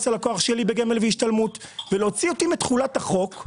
ללקוח שלי בגמל והשתלמות ולהוציא אותי מתחולת החוק,